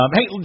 Hey